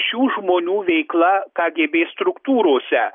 šių žmonių veikla kagėbė struktūrose